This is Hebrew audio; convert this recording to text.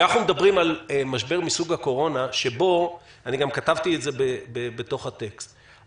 כשאנחנו מדברים על משבר מסוג הקורונה אני גם כתבתי את זה בתוך הטקסט.